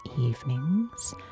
evenings